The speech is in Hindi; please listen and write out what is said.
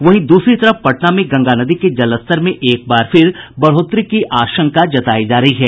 वहीं दूसरी तरफ पटना में गंगा नदी के जलस्तर एक बार फिर बढ़ोतरी की आशंका जतायी जा रही है